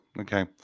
okay